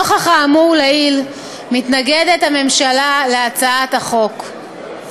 נוכח האמור לעיל, הממשלה מתנגדת להצעת החוק.